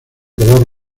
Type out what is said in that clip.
color